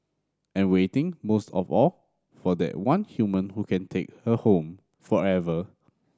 and waiting most of all for that one human who can take her home forever